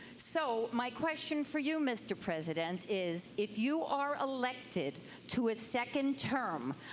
so my question for you, mr. president, is, if you are elected to a second term,